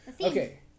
Okay